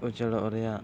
ᱩᱪᱟᱹᱲᱚᱜ ᱨᱮᱭᱟᱜ